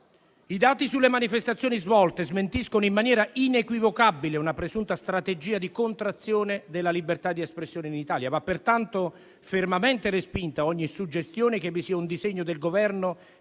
I dati sulle manifestazioni svolte smentiscono in maniera inequivocabile una presunta strategia di contrazione della libertà di espressione in Italia. Va pertanto fermamente respinta ogni suggestione che vi sia un disegno del Governo